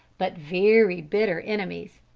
but very bitter enemies.